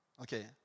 Okay